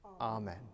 Amen